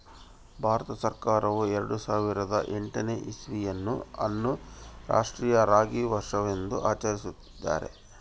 ಭಾರತ ಸರ್ಕಾರವು ಎರೆಡು ಸಾವಿರದ ಎಂಟನೇ ಇಸ್ವಿಯನ್ನು ಅನ್ನು ರಾಷ್ಟ್ರೀಯ ರಾಗಿ ವರ್ಷವೆಂದು ಆಚರಿಸುತ್ತಿದ್ದಾರೆ